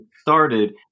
started